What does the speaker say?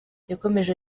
yakomeje